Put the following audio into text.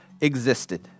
existed